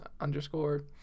underscore